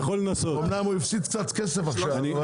אמנם הוא הפסיד קצת כסף עכשיו.